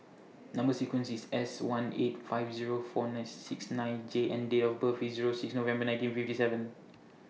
Number sequence IS S one eight five Zero four six nine J and Date of birth IS Zero six November nineteen fifty seven